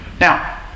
Now